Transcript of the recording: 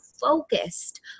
focused